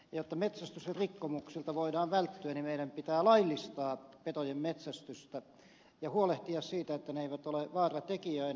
jotta metsästysrikkomuksilta voidaan välttyä niin meidän pitää laillistaa petojen metsästystä ja huolehtia siitä että eivät ole vaaratekijöinä